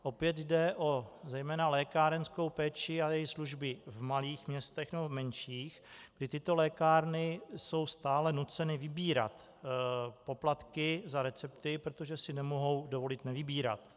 Opět jde o zejména lékárenskou péči a její služby v malých městech nebo menších, kdy lékárny jsou stále nuceny vybírat poplatky za recepty, protože si nemohou dovolit nevybírat.